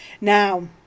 Now